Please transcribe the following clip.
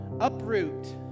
Uproot